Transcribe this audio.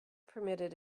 permitted